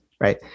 right